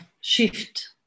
shift